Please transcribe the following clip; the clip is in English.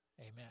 amen